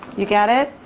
you got it?